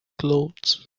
clothes